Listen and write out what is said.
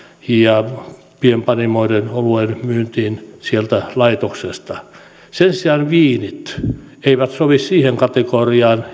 ja pienpanimoiden oluen myyntiin sieltä laitoksesta sen sijaan viinit eivät sovi siihen kategoriaan